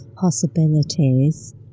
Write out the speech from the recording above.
possibilities